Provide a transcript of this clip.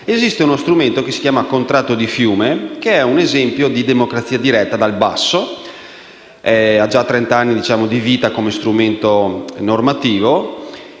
Esiste uno strumento, che si chiama contratto di fiume, che è un esempio di democrazia diretta dal basso; ha già trent'anni di vita come strumento normativo